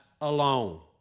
alone